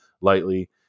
lightly